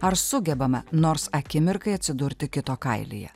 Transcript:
ar sugebame nors akimirkai atsidurti kito kailyje